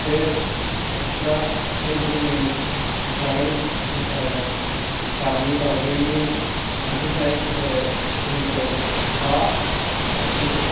best extra albumin जारें गाबनि दाउदैनि दिहुनथाइ गुनखौ बा हाथरखि हो